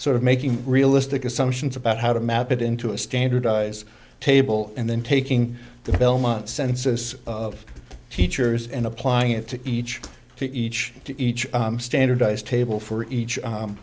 sort of making realistic assumptions about how to map it into a standardized table and then taking the belmont census of teachers and applying it to each to each to each standardized table for each